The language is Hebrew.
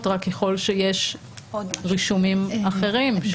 רק ככל שיש רישומים אחרים שנרשמו כדין.